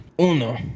Uno